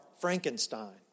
Frankenstein